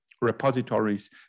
repositories